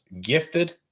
gifted